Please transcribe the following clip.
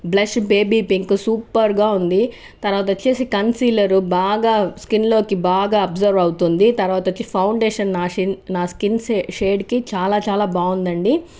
blush baby pink super గా ఉంది తర్వాత వచ్చేసి కన్సీలర్ బాగా స్కిన్ లోకి బాగా అబ్సర్వ్ అవుతుంది తర్వాత వచ్చేసి పౌండేషన్ నా స్కిన్ షేడ్ కి చాలా చాలా బాగుందండి